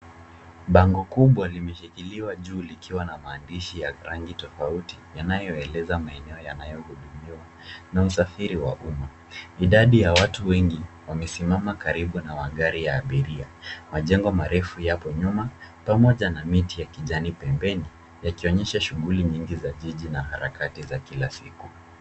Bango kubwa limeshikiliwa juu likiwa na maandishi ya rangi tofauti yanayoeleza maeneo yanayohudumiwa na usafiri wa umma. Idadi ya watu wengi wamesimama karibu na magari ya abiria. Majengo marefu yapo nyuma pamoja na miti ya kijani pembeni yakionyesha shugjuli nyingi za jiji na harakati za kila siku.